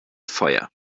feuer